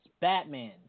Batman